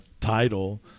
title